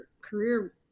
career